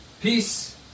peace